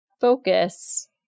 focus